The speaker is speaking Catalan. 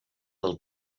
del